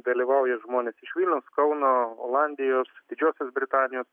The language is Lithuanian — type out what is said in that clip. dalyvauja žmonės iš vilniaus kauno olandijos didžiosios britanijos